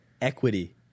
Equity